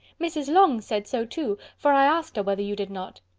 mrs. long said so too, for i asked her whether you did not.